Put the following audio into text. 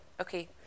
Okay